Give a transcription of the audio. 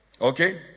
Okay